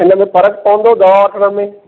इनमें फर्क़ु पवंदो दवा वठण में